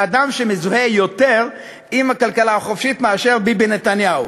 אדם שמזוהה עם הכלכלה החופשית יותר מאשר ביבי נתניהו.